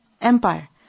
Empire